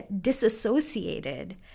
disassociated